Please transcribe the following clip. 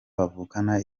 bavukana